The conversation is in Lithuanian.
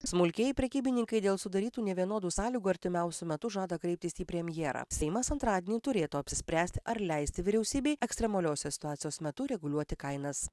smulkieji prekybininkai dėl sudarytų nevienodų sąlygų artimiausiu metu žada kreiptis į premjerą seimas antradienį turėtų apsispręsti ar leisti vyriausybei ekstremaliosios situacijos metu reguliuoti kainas